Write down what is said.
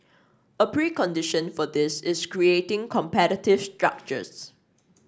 a precondition for this is creating competitive structures